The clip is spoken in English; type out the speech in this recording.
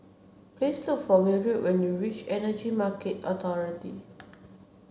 please look for Mildred when you reach Energy Market Authority